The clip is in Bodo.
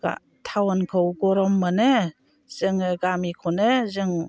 टाउनखौ गरम मोनो जोङो गामिखौनो जों